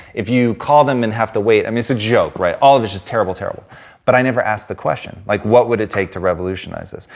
if you call them and have to wait, i mean it's a joke right. all of it is just terrible terrible but i never asked the question. like what would it take to revolutionize this?